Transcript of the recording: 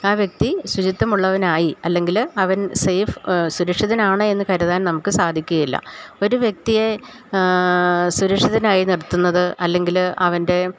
ആ വ്യക്തി ശുചിത്വമുള്ളവനായി അല്ലെങ്കില് അവൻ സേഫ് സുരക്ഷിതനാണ് എന്ന് കരുതാൻ നമുക്ക് സാധിക്കുകയില്ല ഒരു വ്യക്തിയെ സുരക്ഷിതനായി നിർത്തുന്നത് അല്ലെങ്കില് അവൻ്റെ